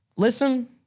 Listen